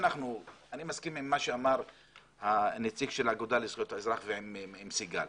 אני מסכים עם מה שאמר הנציג של האגודה לזכויות האזרח ועם סיגל,